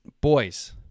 boys